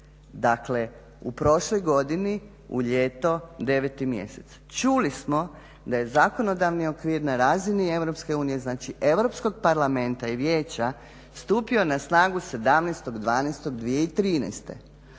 Dakle, u prošloj godini u ljeto 9 mjesec. Čuli smo da je zakonodavni okvir na razini Europske unije, znači Europskog parlamenta i Vijeća stupio na snagu 17.12.2013.